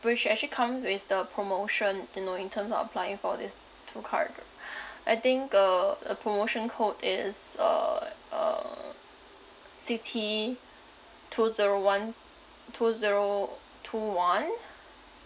which actually come with the promotion you know in terms of applying for these two card I think uh the promotion code is uh uh c t two zero one two zero two one